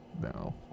No